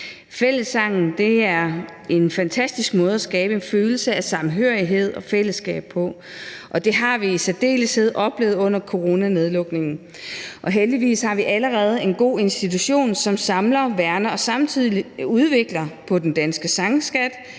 Fællessangen er en fantastisk måde at skabe en følelse af samhørighed og fællesskab på, og det har vi i særdeleshed oplevet under coronanedlukningen. Og heldigvis har vi allerede en god institution, som samler, værner om og samtidig udvikler den danske sangskat,